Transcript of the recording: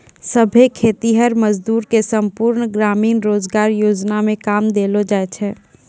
सभै खेतीहर मजदूर के संपूर्ण ग्रामीण रोजगार योजना मे काम देलो जाय छै